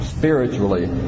spiritually